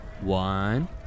One